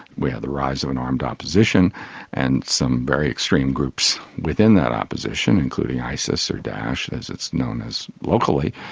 we had the rise of an armed opposition and some very extreme groups within that opposition, including isis or daish as it's known as locally,